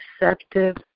receptive